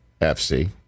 FC